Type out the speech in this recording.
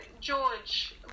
George